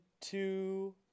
two